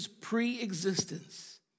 pre-existence